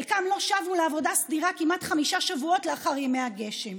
חלקם לא שבו לעבודה סדירה כמעט חמישה שבועות לאחר ימי הגשם.